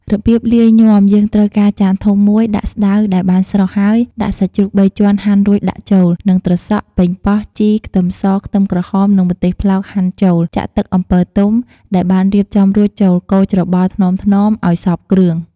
របៀបលាយញាំយើងត្រូវកាត់ចានធំមួយ ដាក់ ស្តៅ ដែលបានស្រុះហើយ ដាក់សាច់ជ្រូកបីជាន់ហាន់រួចដាក់ចូល និង ត្រសក់ ប៉េងបោះ ជី ខ្ទឺមស ខ្ទឺមក្រហមនិង ម្ទេសផ្លោកហាន់ចូលចាក់ ទឹកអំពិលទុំ ដែលបានរៀបចំរួចចូល កូរច្របល់ថ្នមៗឲ្យសព្វគ្រឿង។